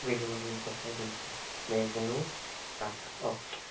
बिल्कुल बिल्कुल सर बिल्कुल भेज देंगे आ जाओ ओके